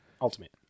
Ultimate